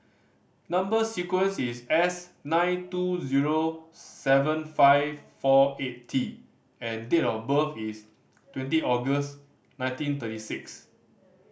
number sequence is S nine two zero seven five four eight T and date of birth is twenty August nineteen thirty six